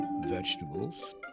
vegetables